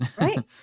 right